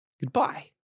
goodbye